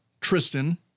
Tristan